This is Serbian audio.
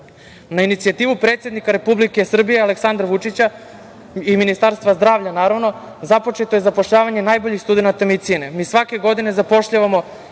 inicijativu predsednika Republike Srbije Aleksandra Vučića i Ministarstva zdravlja naravno započeto je zapošljavanje najboljih studenata medicine. Mi svake godine zapošljavamo